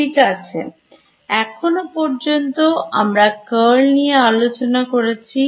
ঠিক আছে এখনো পর্যন্ত আমরা Curl নিয়ে আলোচনা করেছি